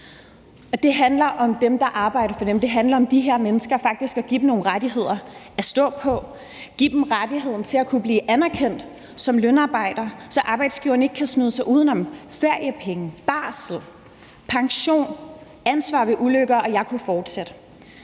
det handler faktisk om at give de mennesker, der arbejder for dem, nogle rettigheder at stå på, give dem rettigheden til at kunne blive anerkendt som lønarbejdere, så arbejdsgiverne ikke kan snyde sig uden om feriepenge, barsel, pension, et ansvar ved ulykker, og jeg kunne fortsætte.